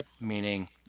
meaning